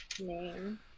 name